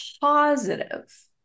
positive